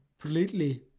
completely